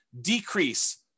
decrease